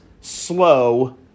slow